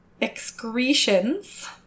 excretions